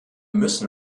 müssen